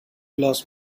glass